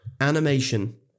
Animation